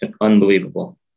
unbelievable